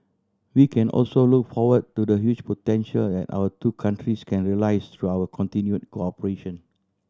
we can also look forward to the huge potential that our two countries can realise through our continued cooperation